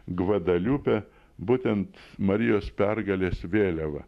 gvadaliupė būtent marijos pergalės vėliava